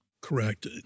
Correct